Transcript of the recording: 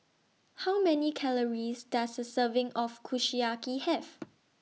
How Many Calories Does A Serving of Kushiyaki Have